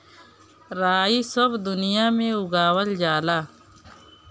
राई सब दुनिया में उगावल जाला